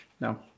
No